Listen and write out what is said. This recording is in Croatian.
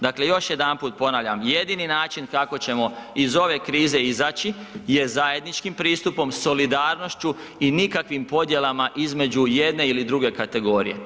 Dakle, još jedanput ponavljam jedini način kako ćemo iz ove krize izaći je zajedničkim pristupom, solidarnošću i nikakvim podjelama između jedne ili druge kategorije.